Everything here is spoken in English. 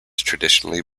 traditionally